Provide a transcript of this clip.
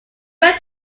red